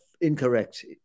incorrect